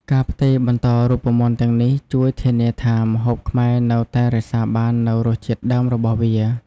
ការផ្ទេរបន្តរូបមន្តទាំងនេះជួយធានាថាម្ហូបខ្មែរនៅតែរក្សាបាននូវរសជាតិដើមរបស់វា។